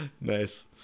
Nice